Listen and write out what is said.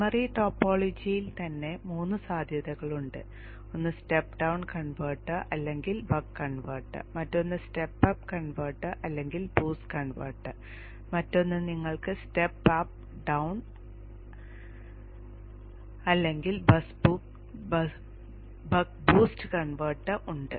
primary ടോപ്പോളജിയിൽ തന്നെ മൂന്ന് സാധ്യതകളുണ്ട് ഒന്ന് സ്റ്റെപ്പ് ഡൌൺ കൺവെർട്ടർ അല്ലെങ്കിൽ ബക്ക് കൺവെർട്ടർ മറ്റൊന്ന് സ്റ്റെപ്പ് അപ്പ് കൺവെർട്ടർ അല്ലെങ്കിൽ ബൂസ്റ്റ് കൺവെർട്ടർ മറ്റൊന്ന് നിങ്ങൾക്ക് step up down step up down അല്ലെങ്കിൽ ബക്ക് ബൂസ്റ്റ് കൺവെർട്ടർ ഉണ്ട്